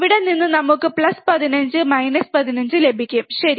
ഇവിടെ നിന്ന് നമുക്ക് പ്ലസ് 15 മൈനസ് 15 ലഭിക്കും ശരി